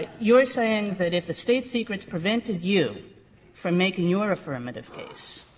you're saying that if the state secrets prevented you from making your affirmative case,